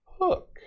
Hook